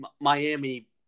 Miami –